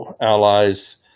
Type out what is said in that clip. allies